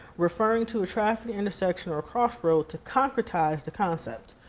referring to a traffic intersection, or crossroad, to concretize the concept.